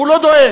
הוא לא דואג.